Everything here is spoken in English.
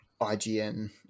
ign